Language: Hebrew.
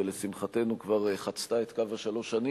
שלשמחתנו כבר חצתה את קו שלוש השנים